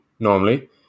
Normally